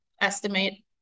estimate